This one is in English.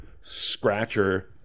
Scratcher